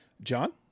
John